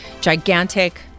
gigantic